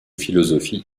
philosophie